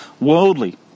worldly